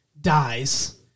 dies